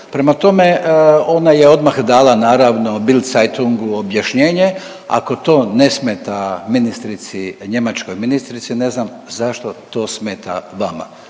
Prema tome, ona je odmah dala naravno Bild Zeitungu objašnjenje, ako to ne smeta ministrici, njemačkoj ministri ne znam zašto to smeta vama.